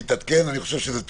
תתעדכן, אני חושב שזה טוב.